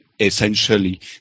essentially